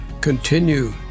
continue